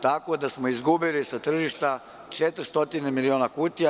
Tako da smo izgubili sa tržišta 400 miliona kutija.